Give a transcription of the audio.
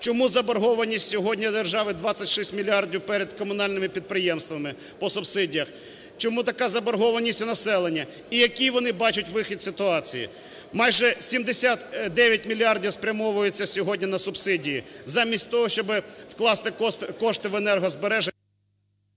Чому заборгованість сьогодні держави 26 мільярдів перед комунальними підприємствами по субсидіях? Чому така заборгованість у населення? І який вони бачать вихід із ситуації? Майже 79 мільярдів спрямовуються сьогодні на субсидії заміть того, щоби вкласти кошти в енергозбереження…